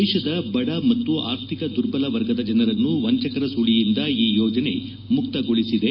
ದೇಶದ ಬಡ ಮತ್ತು ಆರ್ಥಿಕ ದುರ್ಬಲ ವರ್ಗದ ಜನರನ್ನು ವಂಚಕರ ಸುಳಿಯಿಂದ ಈ ಯೋಜನೆ ಮುಕ್ಗೊಳಿಸಿದೆ